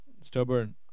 stubborn